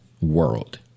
world